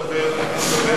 אתה מדבר כרגע,